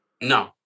No